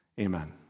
Amen